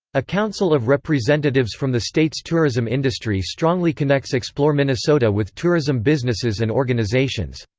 a council of representatives from the state's tourism industry strongly connects explore minnesota with tourism businesses and organizations.